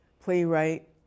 playwright